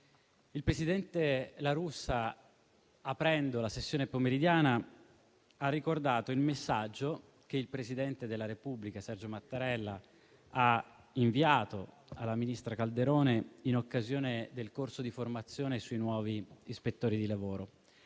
il presidente La Russa, aprendo la sessione pomeridiana, ha ricordato il messaggio che il presidente della Repubblica Sergio Mattarella ha inviato alla ministra Calderone in occasione del corso di formazione sui nuovi ispettori di lavoro,